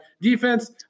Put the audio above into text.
Defense